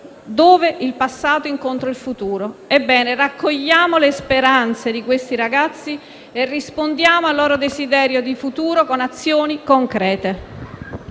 dove il passato incontra il futuro». Ecco, raccogliamo le speranze di questi ragazzi e rispondiamo al loro desiderio di futuro con azioni concrete.